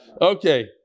Okay